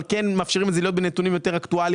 אבל כן מאפשרים את זה להיות בנתונם יותר אקטואליים,